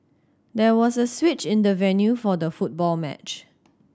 there was a switch in the venue for the football match